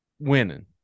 winning